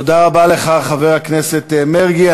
תודה רבה לך, חבר הכנסת מרגי.